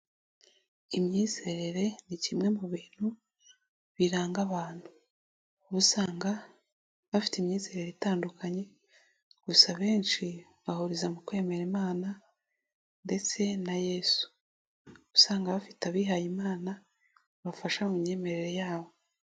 Imyizerere ni kimwe mu bintu biranga abantu uba usanga bafite imyizerere itandukanye, gusa benshi bahuriza mu kwemera Imana ndetse na Yesu. Uba usanga bafite abihayeyimana bafasha mu myemerere yabo.